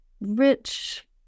rich